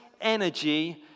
energy